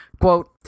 Quote